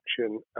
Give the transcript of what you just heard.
action